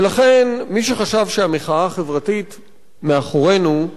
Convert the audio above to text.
ולכן מי שחשב שהמחאה החברתית מאחורינו,